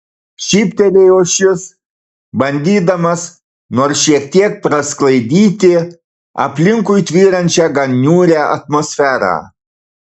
šyptelėjo šis bandydamas nors šiek tiek prasklaidyti aplinkui tvyrančią gan niūrią atmosferą